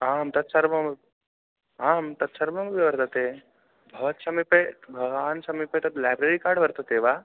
आम् तत्सर्वम् आं तत्सर्वमपि वर्तते भवत् समीपे भवान् समीपे तत् लेब्ररी कार्ड् वर्तते वा